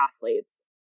athletes